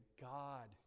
god